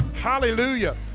Hallelujah